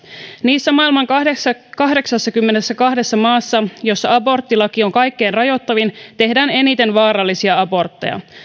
niissä maailman kahdeksassakymmenessäkahdessa maassa joissa aborttilaki on kaikkein rajoittavin tehdään eniten vaarallisia abortteja